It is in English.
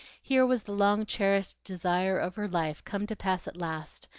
here was the long-cherished desire of her life come to pass at last,